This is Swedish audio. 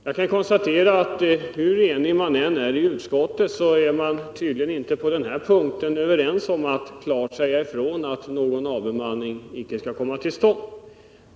Jag kan konstatera att hur enigt utskottet än är, så är man i utskottet på den punkten tydligen inte överens om att klart säga ifrån att en avbemanning inte skall komma till stånd.